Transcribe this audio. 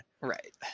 Right